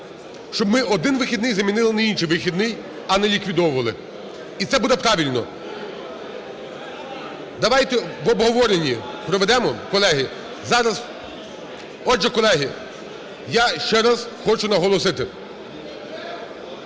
Щоб ми один вихідний замінили на інший вихідний, а не ліквідовували. І це буде правильно. Давайте обговорення проведемо, колеги. Зараз… Отже, колеги, я ще раз хочу наголосити.